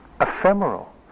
ephemeral